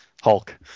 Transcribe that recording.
Hulk